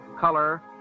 color